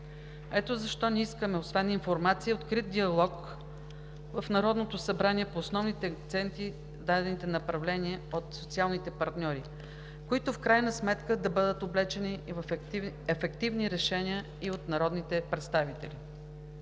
Ето защо ние искаме, освен информация, открит диалог в Народното събрание по основните акценти в дадените направления от социалните партньори, които в крайна сметка да бъдат облечени в ефективни решения и от народните представители.